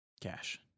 Cash